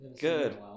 Good